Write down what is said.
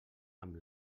amb